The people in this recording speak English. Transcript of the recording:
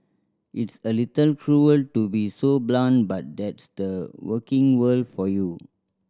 it's a little cruel to be so blunt but that's the working world for you